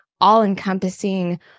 all-encompassing